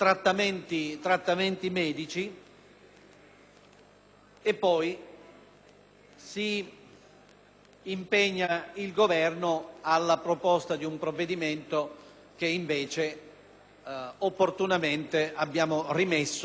si impegna il Governo a proporre un provvedimento che, invece, opportunamente abbiamo rimesso al lavoro parlamentare.